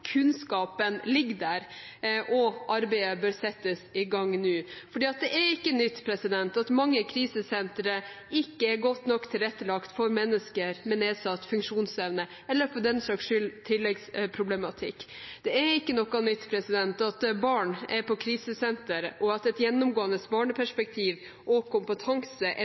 kunnskapen ligger der, og arbeidet bør settes i gang nå. Det er ikke noe nytt at mange krisesentre ikke er godt nok tilrettelagt for mennesker med nedsatt funksjonsevne – eller for den saks skyld for tilleggsproblematikk. Det er ikke noe nytt at barn er på krisesenter, og at et gjennomgående barneperspektiv og kompetanse er